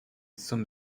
some